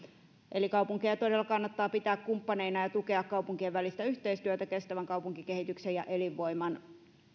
eli kaupunkeja todella kannattaa pitää kumppaneina ja tukea kaupunkien välistä yhteistyötä kestävän kaupunkikehityksen ja elinvoiman